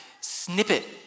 snippet